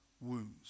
wounds